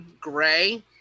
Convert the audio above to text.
Gray